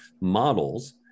models